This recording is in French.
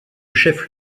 chef